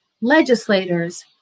legislators